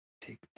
Take